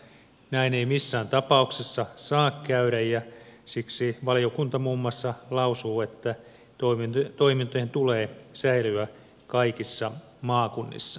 näin ei missään tapauksessa saa käydä ja siksi valiokunta muun muassa lausuu että toimintojen tulee säilyä kaikissa maakunnissa